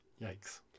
Yikes